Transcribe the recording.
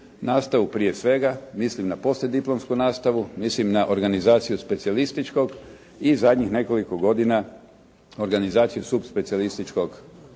nastavu prije svega. Mislim na poslijediplomsku nastavu, mislim na organizaciju specijalističkog i zadnjih nekoliko godina organizaciju subspecijalističkog